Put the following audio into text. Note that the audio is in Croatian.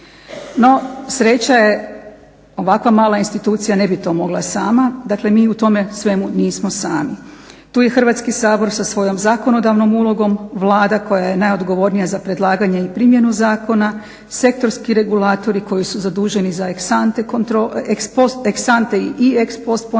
No, sreća je ovakva mala institucija ne bi to mogla sama. Dakle, mi u tome svemu nismo sami. Tu je Hrvatski sabor sa svojom zakonodavnom ulogom, Vlada koja je najodgovornija za predlaganje i primjenu zakona, sektorski regulatori koji su zaduženi za eksante i ekspos ponekad